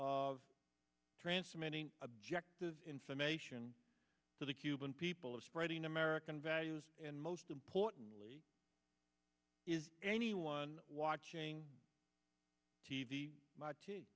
of transmitting objective information to the cuban people or spreading american values and most importantly is anyone watching t v